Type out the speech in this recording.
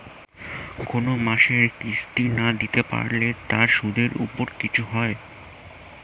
কোন মাসের কিস্তি না দিতে পারলে তার সুদের উপর কিছু হয়?